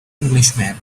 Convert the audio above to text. englishman